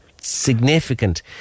significant